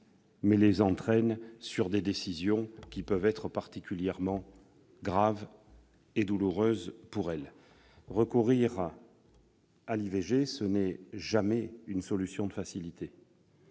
à prendre des décisions qui peuvent être particulièrement graves et douloureuses pour elles. Recourir à l'IVG n'est jamais une solution de facilité.